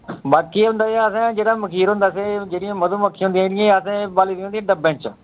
बाकी एह् होंदा कि असें जेह्ड़ा मखीर होंदा ते जेह्ड़ियां मधुमक्खियां होंदियां इनेंगी असें पाल्ली दियां होंदियां डब्बें च